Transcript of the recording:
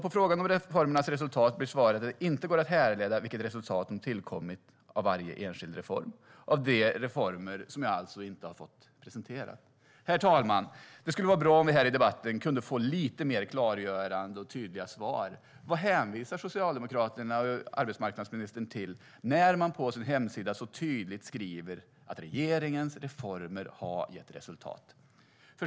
På frågan om reformernas resultat blir svaret att det inte går att härleda vilket resultat som tillkommit av varje enskild reform, av de reformer som jag alltså inte har fått presenterade. Herr talman! Det skulle vara bra om vi här i debatten kunde få lite mer klargörande och tydliga svar. Vad hänvisar Socialdemokraterna och arbetsmarknadsministern till när man på sin hemsida så tydligt skriver att regeringens reformer har gett resultat?